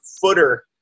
footer